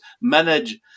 manage